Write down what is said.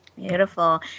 Beautiful